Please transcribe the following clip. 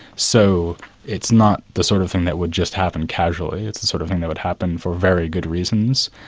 so it's not the sort of thing that would just happen casually, it's the sort of thing that would happen for very good reasons,